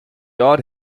odd